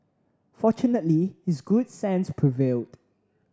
fortunately his good sense prevailed